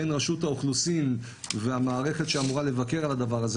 בין רשות האוכלוסין והמערכת שאמורה לבקר את הדבר הזה,